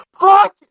Fuck